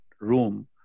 room